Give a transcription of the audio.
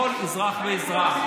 לכל אזרח ואזרח.